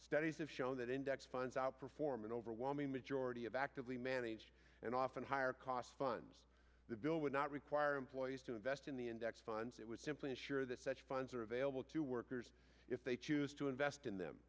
studies have shown that index funds outperform an overwhelming majority of actively managed and often higher cost funds the bill would not require employees to invest in the index funds it was simply ensure that such funds are available to workers if they choose to invest in them